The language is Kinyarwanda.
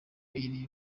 iri